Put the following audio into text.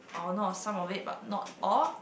I will know of some of it but not all